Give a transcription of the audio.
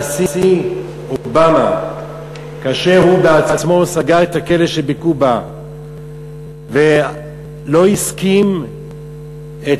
כשהנשיא אובמה בעצמו סגר את הכלא שבקובה ולא הסכים את